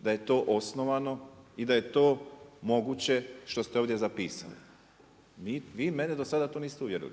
da je to osnovano i da je to moguće što ste ovdje zapisali. Vi mene do sada to niste uvjerili.